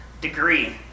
degree